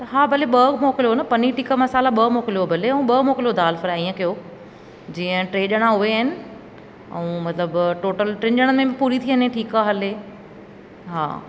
त हा भले ॿ मोकिलियो न पनीर टिक्का मसाला ॿ मोकिलियो भले ऐं ॿ मोकिलियो दाल फ्राइ ईअं कियो जीअं टे ॼणा उहे आहिनि ऐं मतिलबु टोटल टिनि ॼणनि में बि पूरी थी वञे ठीकु आहे हले हा